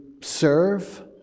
serve